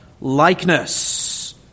likeness